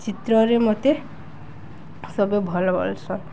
ଚିତ୍ରରେ ମୋତେ ସବୁ ଭଲ ବୋଲସନ୍